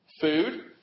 Food